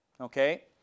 Okay